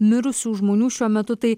mirusių žmonių šiuo metu tai